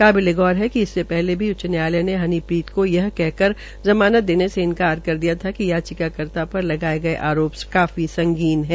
काबिलेगौर है कि इससे पहले भी उच्च न्यायालय ने हनीप्रीत की ज़मानत देने से इन्कार कर दिया था कि याचिका कर्ता पर लगाये गये आरोप काफी संगीन है